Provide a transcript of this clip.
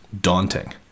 daunting